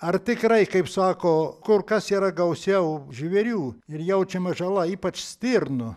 ar tikrai kaip sako kur kas yra gausiau žvėrių ir jaučiama žala ypač stirnų